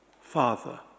Father